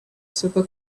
super